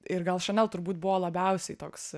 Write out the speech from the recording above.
ir gal chanel turbūt buvo labiausiai toks